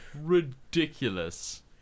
ridiculous